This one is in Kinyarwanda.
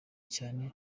cyane